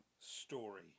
story